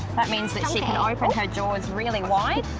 that means that she can open her jaws really wide.